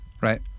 Right